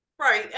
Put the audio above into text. right